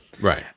Right